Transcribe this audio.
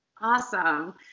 Awesome